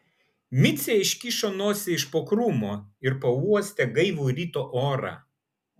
micė iškišo nosį iš po krūmo ir pauostė gaivų ryto orą